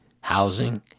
housing